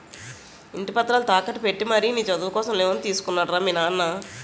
ఇంటి పత్రాలు తాకట్టు పెట్టి మరీ నీ చదువు కోసం లోన్ తీసుకున్నాడు రా మీ నాన్న